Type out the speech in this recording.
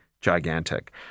gigantic